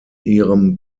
ihrem